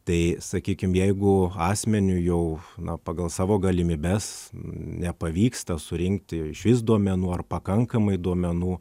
tai sakykim jeigu asmeniui jau na pagal savo galimybes nepavyksta surinkti išvis duomenų ar pakankamai duomenų